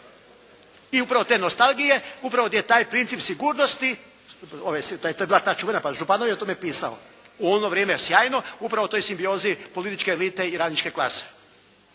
I upravo te nostalgije, upravo gdje je taj princip sigurnosti, to je bila ta čuvena, pa i …/Govornik se ne razumije./… je o tome pisao u ono vrijeme sjajno, upravo o toj simbiozi politički elite i radničke klase.